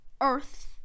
earth